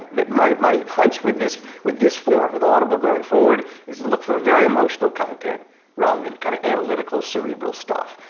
my my hunch with this with this form, with audible going forward is look for very emotional content rather than kind of analytical cerebral stuff.